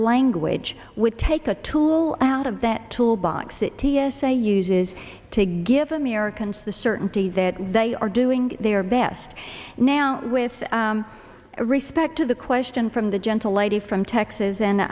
language would take a tool out of that tool box that t s a uses to give americans the certainty that they are doing their best now with respect to the question from the gentle lady from texas and